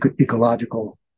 ecological